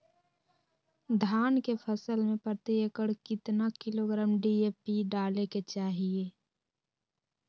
धान के फसल में प्रति एकड़ कितना किलोग्राम डी.ए.पी डाले के चाहिए?